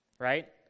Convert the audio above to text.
right